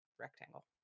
rectangle